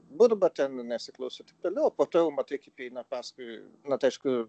burba ren nesiklauso tik vėliau o po to jau matai kaip jie eina paskui na tai aišku